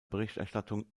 berichterstattung